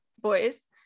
boys